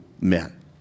men